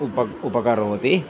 उप उपकरोति